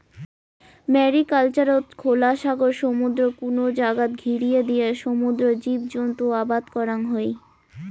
ম্যারিকালচারত খোলা সাগর, সমুদ্রর কুনো জাগাত ঘিরিয়া দিয়া সমুদ্রর জীবজন্তু আবাদ করাং হই